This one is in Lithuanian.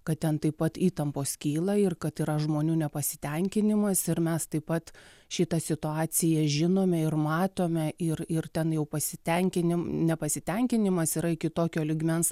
kad ten taip pat įtampos kyla ir kad yra žmonių nepasitenkinimas ir mes taip pat šitą situaciją žinome ir matome ir ir ten jau pasitenkinimo nepasitenkinimas yra kitokio lygmens